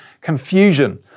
confusion